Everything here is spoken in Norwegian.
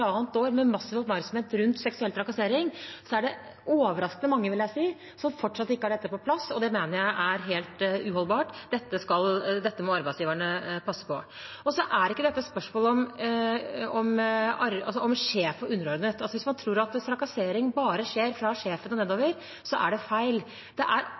år med massiv oppmerksomhet rundt seksuell trakassering dessverre er overraskende mange – vil jeg si – som fortsatt ikke har dette på plass. Det mener jeg er helt uholdbart. Dette må arbeidsgiverne passe på. Dette er ikke et spørsmål om sjef og underordnet. Hvis man tror at trakassering bare skjer fra sjefen og nedover, er det feil. Det er